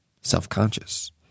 self-conscious